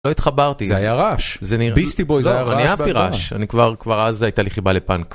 לא התחברתי. זה היה רעש, זה - ביסטי בויז היה רעש. אני אהבתי רעש, אני כבר אז הייתה לי חיבה לפאנק.